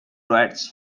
rights